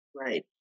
right